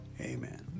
Amen